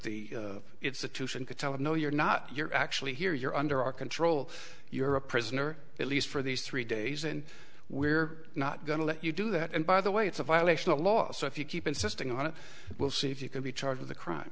and could tell them no you're not you're actually here you're under our control you're a prisoner at least for these three days and we're not going to let you do that and by the way it's a violation of law so if you keep insisting on it we'll see if you can be charged with a crime